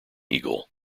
eagle